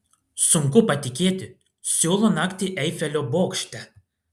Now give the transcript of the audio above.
sunku patikėti siūlo naktį eifelio bokšte